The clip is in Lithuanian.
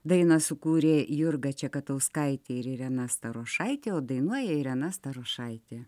dainą sukūrė jurga čekatauskaitė ir irena starošaitė o dainuoja irena starošaitė